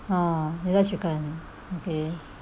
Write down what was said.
oh you like chicken okay